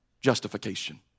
justification